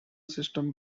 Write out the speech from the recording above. system